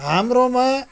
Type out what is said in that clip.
हाम्रोमा